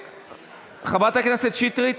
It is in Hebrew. חברת הכנסת שטרית,